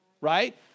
right